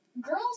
girls